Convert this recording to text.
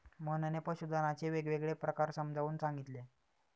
मोहनने पशुधनाचे वेगवेगळे प्रकार समजावून सांगितले